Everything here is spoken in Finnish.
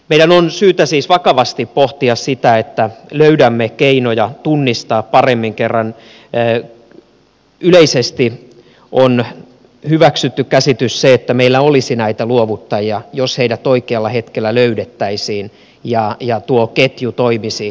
meidän on syytä siis vakavasti pohtia sitä miten löydämme keinoja tunnistaa paremmin kun kerran yleisesti on hyväksytty se käsitys että meillä olisi näitä luovuttajia jos heidät oikealla hetkellä löydettäisiin ja tuo ketju toimisi luontevasti